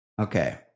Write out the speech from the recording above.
okay